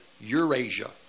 Eurasia